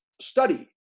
study